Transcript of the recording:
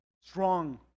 strong